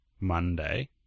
Monday